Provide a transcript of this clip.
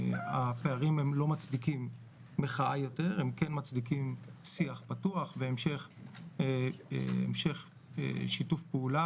הפערים לא מצדיקים מחאה אבל הם כן מצדיקים שיח פתוח והמשך שיתוף פעולה